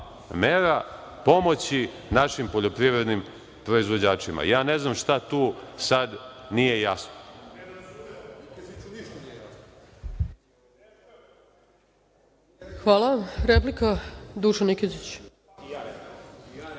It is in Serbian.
pomoći našim poljoprivrednim proizvođačima. Ja ne znam šta tu sad nije jasno? **Ana Brnabić** Replika, Dušan Nikezić.